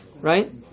right